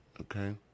Okay